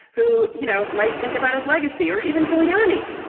who, you know, might think about his legacy or even giuliani.